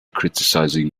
criticizing